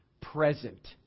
present